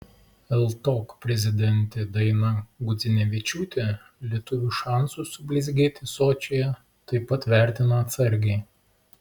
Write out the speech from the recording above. ltok prezidentė daina gudzinevičiūtė lietuvių šansus sublizgėti sočyje taip pat vertina atsargiai